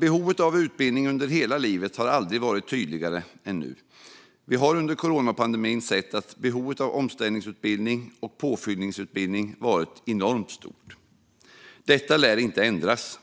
Behovet av utbildning under hela livet har aldrig varit tydligare än nu. Vi har under coronapandemin sett att behovet av omställningsutbildning och påfyllnadsutbildning varit enormt stort. Detta lär inte ändras.